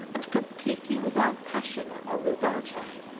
and completely without passion or rubato.